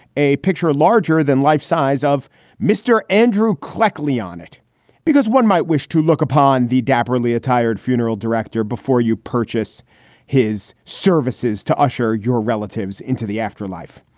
a picture larger than life size of mr. andrew kleck live on it because one might wish to look upon the dapper lee attired funeral director before you purchase his services to usher your relatives into the afterlife.